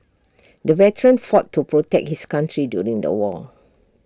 the veteran fought to protect his country during the war